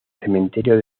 cementerio